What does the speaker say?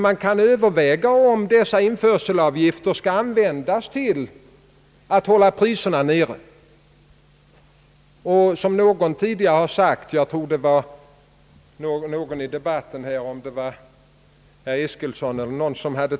Man kan överväga om dessa införselavgifter skall användas till att hålla priserna nere.